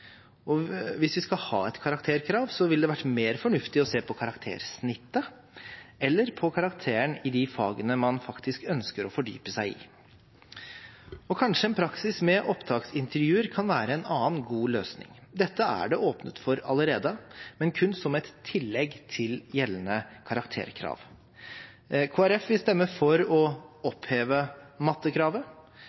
og hvis vi skal ha et karakterkrav, vil det være mer fornuftig å se på karaktersnittet, eller på karakteren i de fagene man faktisk ønsker å fordype seg i. Kanskje en praksis med opptaksintervjuer kan være en annen god løsning. Dette er det åpnet for allerede, men kun som et tillegg til gjeldende karakterkrav. Kristelig Folkeparti vil stemme for å oppheve mattekravet,